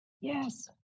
Yes